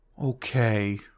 Okay